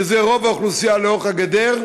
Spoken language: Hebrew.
שזה רוב האוכלוסייה לאורך הגדר,